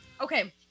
okay